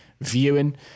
viewing